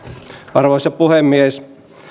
arvoisa puhemies